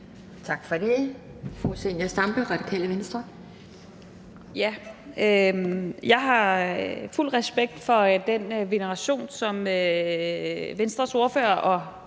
Jeg har fuld respekt for den veneration, som Venstres ordfører og